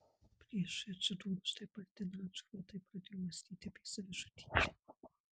priešui atsidūrus taip arti nacių vadai pradėjo mąstyti apie savižudybę